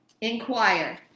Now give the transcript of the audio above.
Inquire